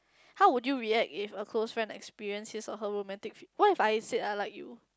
how would you react if a close friend experience his or her romantic what if I said I like you